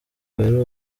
wera